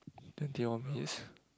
then they is